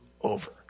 over